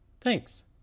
Thanks